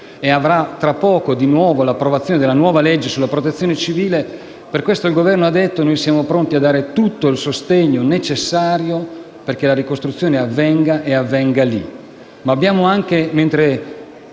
si avrà di nuovo l'approvazione della nuova legge sulla Protezione civile. Per questo il Governo ha affermato di essere pronto a dare tutto il sostegno necessario perché la ricostruzione avvenga e avvenga lì;